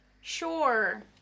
Sure